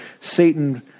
Satan